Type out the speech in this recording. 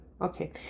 Okay